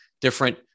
different